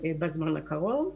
בזמן הקרוב.